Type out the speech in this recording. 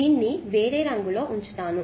దీన్ని వేరే రంగులో ఉంచుతాను